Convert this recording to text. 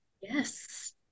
Yes